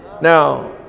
now